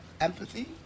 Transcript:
empathy